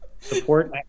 support